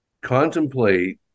contemplate